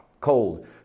cold